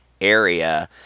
area